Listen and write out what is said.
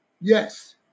yes